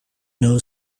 know